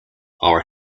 are